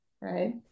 right